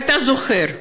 ואתה זוכר,